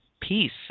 peace